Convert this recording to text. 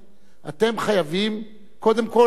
אתם חייבים קודם כול להכיר